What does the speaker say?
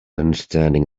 understanding